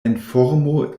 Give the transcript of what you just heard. informo